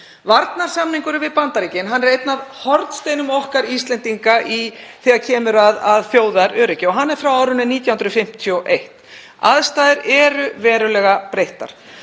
Varnarsamningurinn við Bandaríkin er einn af hornsteinum okkar Íslendinga þegar kemur að þjóðaröryggi og hann er frá árinu 1951. Aðstæður eru verulega breyttar.